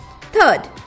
third